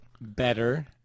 better